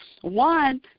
one